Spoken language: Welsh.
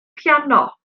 piano